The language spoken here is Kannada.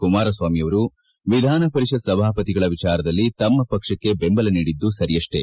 ಕುಮಾರಸ್ವಾಮಿಯವರು ವಿಧಾನ ಪರಿಷತ್ ಸಭಾಪತಿಗಳ ವಿಚಾರದಲ್ಲಿ ತಮ್ಮ ಪಕ್ಷಕ್ಷೆ ಬೆಂಬಲ ನೀಡಿದ್ದು ಸರಿಯಷ್ಟೆ